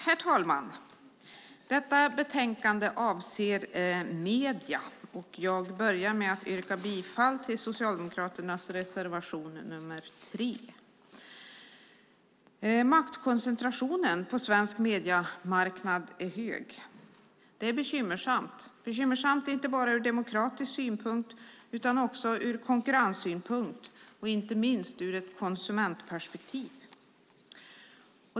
Herr talman! Detta betänkande avser mediefrågor. Jag yrkar bifall till Socialdemokraternas reservation nr 3. Maktkoncentrationen på svensk mediemarknad är hög. Det är bekymmersamt inte bara ur demokratisk synpunkt utan också ur konkurrenssynpunkt och inte minst ur ett konsumentperspektiv.